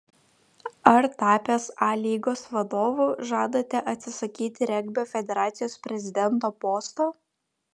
ar tapęs a lygos vadovu žadate atsisakyti regbio federacijos prezidento posto